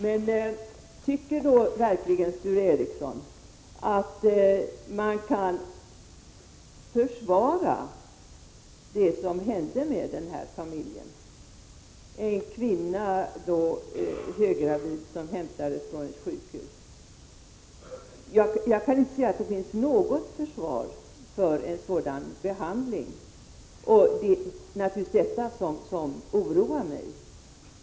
Men tycker Sture Ericson verkligen att man kan försvara det som hände med den här familjen? Det gällde en höggravid kvinna som hämtades från ett sjukhus. Jag kan inte se att det finns något försvar för ett sådant handlande. Det är naturligtvis detta som oroar mig.